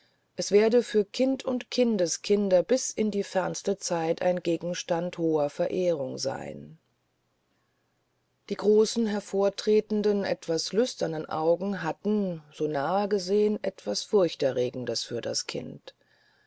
es werde für kind und kindeskinder bis in die fernste zeit ein gegenstand hoher verehrung sein die großen hervortretenden etwas lüsternen augen hatten so nahe gesehen etwas furchterregendes für das kind